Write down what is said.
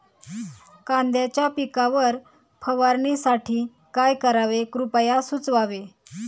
कांद्यांच्या पिकावर फवारणीसाठी काय करावे कृपया सुचवावे